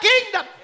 kingdom